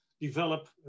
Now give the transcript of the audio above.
Develop